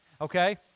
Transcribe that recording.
okay